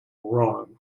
wrong